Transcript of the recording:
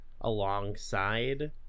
alongside